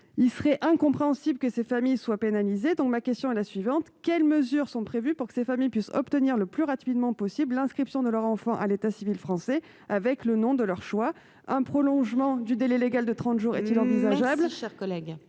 il serait incompréhensible que ces familles soient pénalisés, donc ma question est la suivante : quelles mesures sont prévues pour que ces familles puissent obtenir le plus rapidement possible inscription de leur enfant à l'état civil français avec le nom de leur choix, un prolongement du délai légal de 30 jours est-il envisageable,